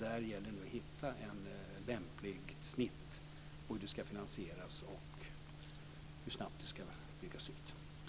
Det gäller nu att hitta ett lämpligt snitt för hur det ska finansieras och för hur snabbt det ska byggas ut.